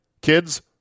Kids